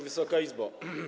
Wysoka Izbo!